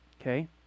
okay